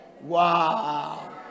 Wow